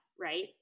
right